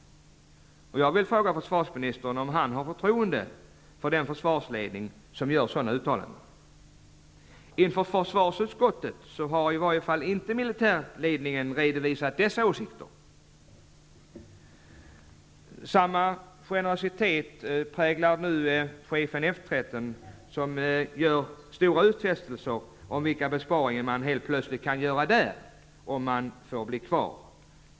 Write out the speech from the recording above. Jag vill fråga försvarsministern om han har förtroende för den försvarsledning som gör sådana uttalanden. Militärledningen har i varje fall inte inför försvarsutkottet redovisat dessa åsikter. Samma generositet präglar de stora utfästelser som chefen för F 13 gör om vilka besparingar man nu helt plötsligt kan göra om man får bli kvar.